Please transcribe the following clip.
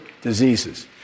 diseases